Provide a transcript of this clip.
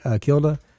Kilda